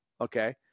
okay